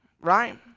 right